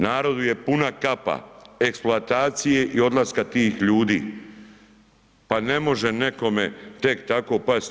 Narodu je puna kapa eksploatacije i odlaska tih ljudi, pa ne može nekome tek tako pasti.